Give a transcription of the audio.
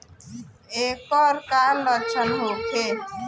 ऐकर का लक्षण होखे?